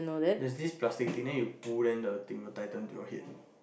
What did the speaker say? that's this plastinate you pull then the thing will tighten to your head